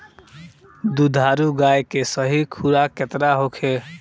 दुधारू गाय के सही खुराक केतना होखे?